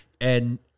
and-